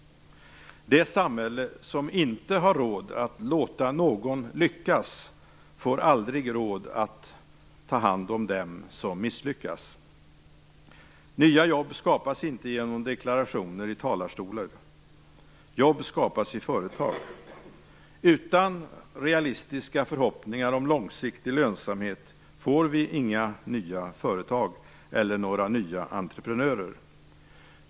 Det samhälle som inte har råd att låta någon lyckas får aldrig råd att ta hand om dem som misslyckas. Nya jobb skapas inte genom deklarationer i talarstolar. Jobb skapas i företag. Utan realistiska förhoppningar om långsiktig lönsamhet får vi inga nya företag och inte heller några nya entreprenörer.